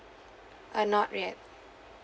uh not yet